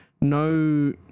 no